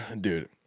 Dude